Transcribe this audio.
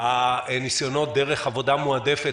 הניסיונות דרך עבודה מועדפת,